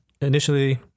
initially